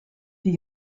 die